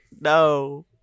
no